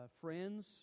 Friends